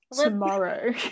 tomorrow